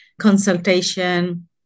consultation